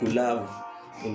love